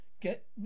get